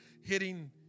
hitting